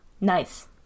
Nice